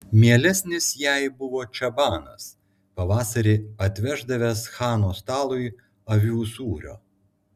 mielesnis jai buvo čabanas pavasarį atveždavęs chano stalui avių sūrio